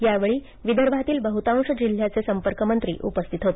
यावेळी विदर्भातील बहुतांश जिल्ह्यांचे संपर्कमंत्री उपस्थित होते